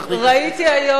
ראיתי היום,